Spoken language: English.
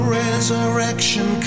resurrection